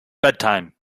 bedtime